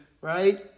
right